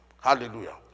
Hallelujah